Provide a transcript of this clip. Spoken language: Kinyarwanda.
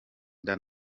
nda